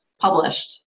published